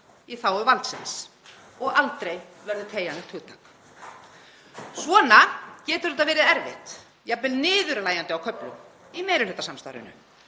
í þágu valdsins og aldrei verður teygjanlegt hugtak. Svona getur þetta verið erfitt, jafnvel niðurlægjandi á köflum, í meirihlutasamstarfi.